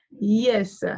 Yes